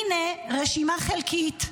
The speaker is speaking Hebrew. הינה רשימה חלקית: